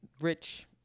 rich